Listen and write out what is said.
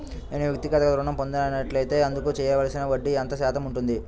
నేను వ్యక్తిగత ఋణం పొందినట్లైతే అందుకు చెల్లించవలసిన వడ్డీ ఎంత శాతం ఉంటుంది?